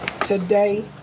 Today